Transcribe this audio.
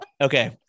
Okay